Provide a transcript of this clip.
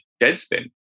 Deadspin